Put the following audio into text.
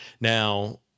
Now